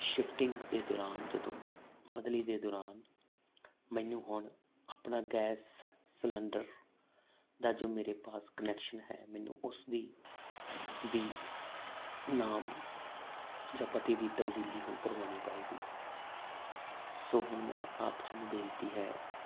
shifting ਦੇ ਦੌਰਾਨ ਜਦੋਂ ਬਦਲੀ ਦੇ ਦੌਰਾਨ ਮੈਨੂੰ ਹੁਣ ਆਪਣਾ ਗੈਸ ਸਲੰਡਰ ਦਾ ਜੋ ਮੇਰੇ ਪਾਸ ਕਨੈਕਸ਼ਨ ਹੈ ਮੈਨੂੰ ਉਸਦੀ ਵੀ ਨਾਮ ਜਾਂ ਪਤੇ ਦੀ ਤਬਦੀਲੀ ਹੁਣ ਕਰਵਾਉਣੀ ਪਏਗੀ ਸੋ ਹੁਣ ਮੈਂ ਆਪ ਨੂੰ ਬੇਨਤੀ ਹੈ